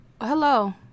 Hello